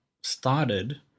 started –